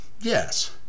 Yes